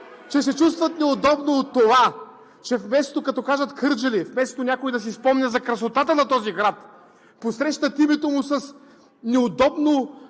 че се чувстват неудобно от това, че вместо като кажат: „Кърджали“, вместо някой да си спомня за красотата на този град, посрещат името му с неудобно